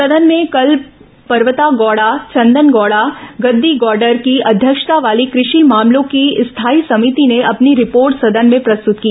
सदन में कल पर्वतागौड़ा चंदनगौड़ा गद्दीगौडर की अध्यक्षता वाली कृषि मामलों की स्थायी समिति ने अपनी रिपोर्ट सदन में प्रस्तुत की